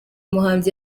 muhanzi